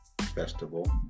festival